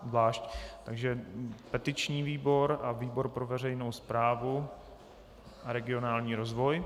Zvlášť, takže petiční výbor a výbor pro veřejnou správu a regionální rozvoj.